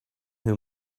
who